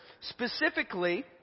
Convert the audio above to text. Specifically